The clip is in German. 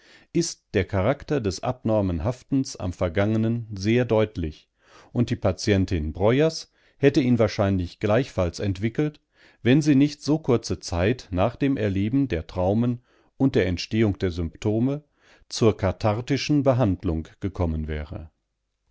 ist der charakter des abnormen haftens am vergangenen sehr deutlich und die patientin breuers hätte ihn wahrscheinlich gleichfalls entwickelt wenn sie nicht so kurze zeit nach dem erleben der traumen und der entstehung der symptome zur kathartischen behandlung gekommen wäre